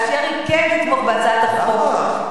כן תתמוך בהצעת החוק,